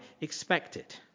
expected